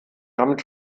damit